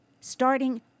starting